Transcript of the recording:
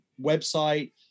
website